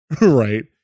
right